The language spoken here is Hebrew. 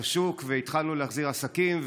את השוק והתחלנו להחזיר עסקים,